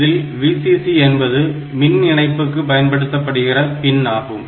இதில் Vcc என்பது மின் இணைப்புக்கு பயன்படுத்தப்படுகிற பின் ஆகும்